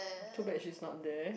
too bad she's not there